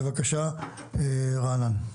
בבקשה, רענן.